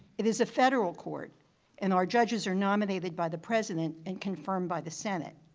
it is a federal court and our judges are nominated by the president and confirmed by the senate.